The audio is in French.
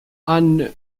anne